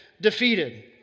defeated